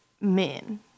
men